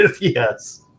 Yes